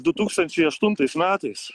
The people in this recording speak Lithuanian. du tūkstančiai aštuntais metais